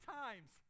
times